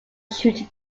shooting